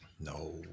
No